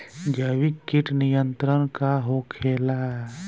जैविक कीट नियंत्रण का होखेला?